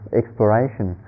exploration